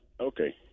okay